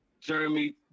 Jeremy